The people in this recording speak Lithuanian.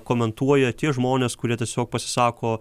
komentuoja tie žmonės kurie tiesiog pasisako